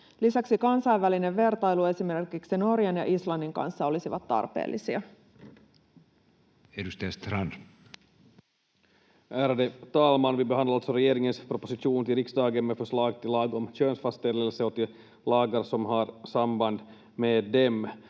Lisäksi kansainvälinen vertailu esimerkiksi Norjan ja Islannin kanssa olisi tarpeellista. Edustaja Strand. Ärade talman! Vi behandlar alltså regeringens proposition till riksdagen med förslag till lag om könsfastställelse och till lagar som har samband med den.